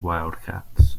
wildcats